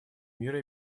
мира